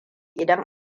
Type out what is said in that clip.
idan